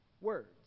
words